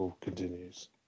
continues